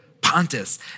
Pontus